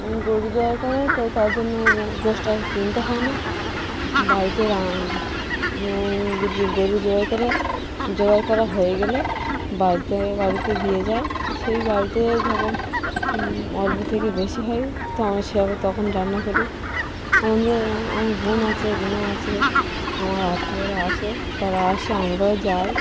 গরু জবাই করে তো তার জন্য গোষটা আর কিনতে হয় না বাড়িতে গরু জবাই করে জবাই করা হয়ে গেলে বাড়িতে বাড়িতে দিয়ে যায় তো সেই বাড়িতে যখন অল্প থেকে বেশি হয় তো আমরা সে তখন রান্না করি আমাদের আমার বোন আছে বোনাই আছে আমার আত্মীয়রা আসে তারা আসে আমরাও যায়